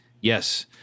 Yes